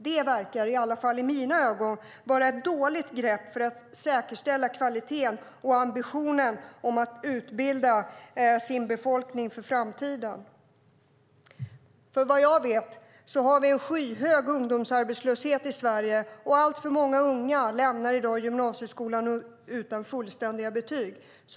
Det verkar i alla fall i mina ögon vara ett dåligt grepp för att säkerställa kvaliteten och ambitionen att utbilda sin befolkning för framtiden. Vad jag vet har vi en skyhög ungdomsarbetslöshet i Sverige. Alltför många unga lämnar i dag gymnasieskolan utan fullständiga betyg.